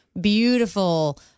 beautiful